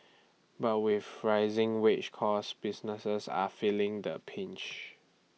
but with rising wage costs businesses are feeling the pinch